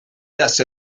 hace